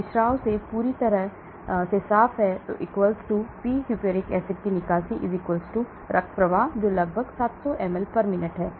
यदि स्राव से पूरी तरह से साफ पी हिप्पुरिक एसिड की निकासी रक्त प्रवाह है जो लगभग 700 ml per minute है